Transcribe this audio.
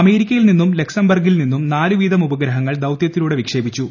അമേരിക്കയിൽ നിന്നും ലക്സംബർഗിൽ നിന്നും നാല് വീതം ഉപഗ്രഹങ്ങൾ ദൌത്യത്തിലൂടെ വിക്ഷേപിച്ചു